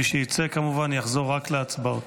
מי שיצא כמובן יחזור רק להצבעות.